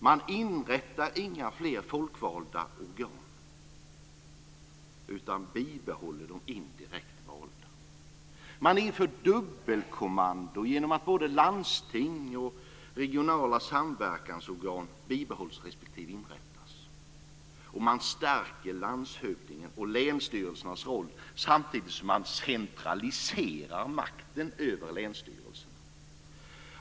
Man inrättar inte några fler folkvalda organ utan bibehåller de indirekt valda. Man inför dubbelkommando genom att både landsting och regionala samverkansorgan bibehålls respektive inrättas, och man stärker landshövdingarnas och länsstyrelsernas roll samtidigt som man centraliserar makten över länsstyrelserna.